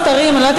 מאגר.